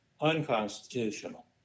unconstitutional